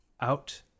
out